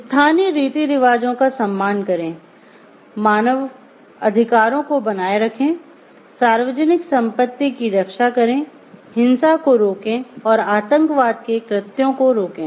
स्थानीय रीति रिवाजों का सम्मान करें मानवाधिकारों को बनाए रखें सार्वजनिक संपत्ति की रक्षा करें हिंसा को रोकें और आतंकवाद के कृत्यों को रोकें